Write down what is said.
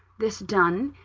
this done,